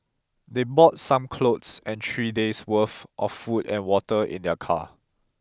they brought some clothes and three days' worth of food and water in their car